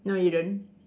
no you don't